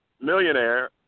millionaire